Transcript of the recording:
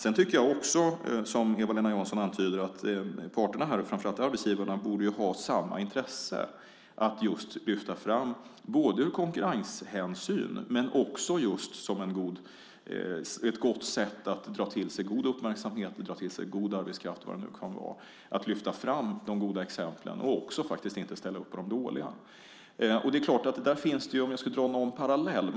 Jag tycker också, som Eva-Lena Jansson antyder, att parterna och framför allt arbetsgivarna borde ha samma intresse, både av konkurrenshänsyn och som ett sätt att dra till sig god uppmärksamhet och god arbetskraft, att lyfta fram de goda exemplen och inte ställa upp på de dåliga. Låt mig dra en parallell.